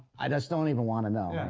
i just don't even want to know.